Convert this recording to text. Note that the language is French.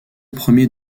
premiers